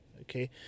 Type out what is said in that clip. Okay